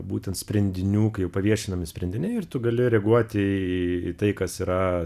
būtent sprendinių kai jau paviešinami sprendiniai ir tu gali reaguoti į tai kas yra